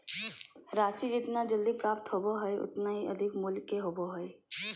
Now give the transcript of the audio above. राशि जितना जल्दी प्राप्त होबो हइ उतना ही अधिक मूल्य के होबो हइ